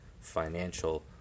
financial